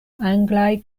anglaj